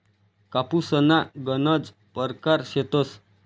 कापूसना गनज परकार शेतस